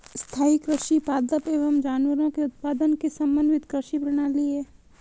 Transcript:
स्थाईं कृषि पादप एवं जानवरों के उत्पादन की समन्वित कृषि प्रणाली है